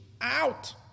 Out